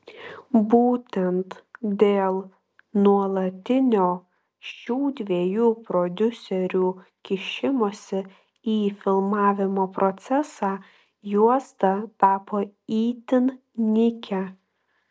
būtent dėl nuolatinio šių dviejų prodiuserių kišimosi į filmavimo procesą juosta tapo itin nykia